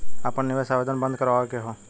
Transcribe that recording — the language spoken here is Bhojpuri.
आपन निवेश आवेदन बन्द करावे के हौ?